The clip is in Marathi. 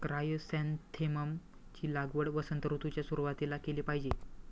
क्रायसॅन्थेमम ची लागवड वसंत ऋतूच्या सुरुवातीला केली पाहिजे